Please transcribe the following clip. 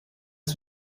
had